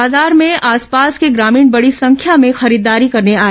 बाजार में आसपास के ग्रामीण बड़ी संख्या में खरीददारी करने आए